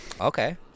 Okay